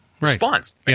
response